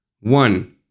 One